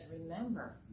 remember